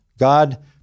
God